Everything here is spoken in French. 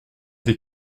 des